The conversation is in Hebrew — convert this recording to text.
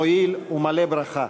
מועיל ומלא ברכה.